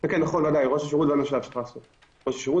כולנו גדלנו באותם בתי מדרש שבהם משתדלים